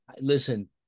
listen